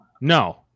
No